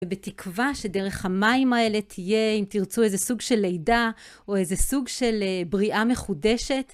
ובתקווה שדרך המים האלה תהיה, אם תרצו, איזה סוג של לידה או איזה סוג של בריאה מחודשת.